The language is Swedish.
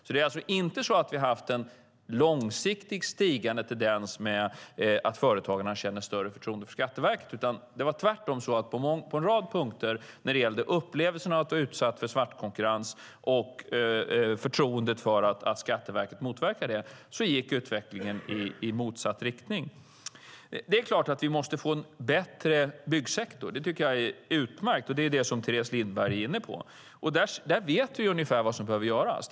Vi har alltså inte haft en långsiktig, stigande tendens att företagarna känner större förtroende för Skatteverket, utan tvärtom gick utvecklingen i motsatt riktning på en rad punkter när det gäller upplevelsen att ha utsatts för svartkonkurrens och förtroendet för att Skatteverket motverkar detta. Det är klart att vi måste få en bättre byggsektor - det tycker jag är utmärkt. Det är också det Teres Lindberg är inne på. Där vet vi ungefär vad som behöver göras.